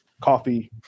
coffee